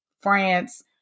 France